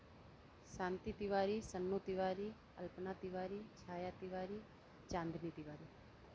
Shanti Tiwari Sannon Tiwari Alpana Tiwari Chhaya Tiwari Chandni Tiwari